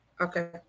Okay